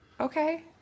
Okay